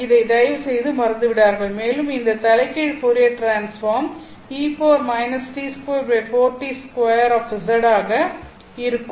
இதை தயவுசெய்து மறந்துவிடாதீர்கள் மேலும் இந்த தலைகீழ் ஃபோரியர் டிரான்ஸ்பார்ம் ஆக இருக்கும்